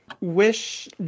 Wish